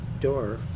door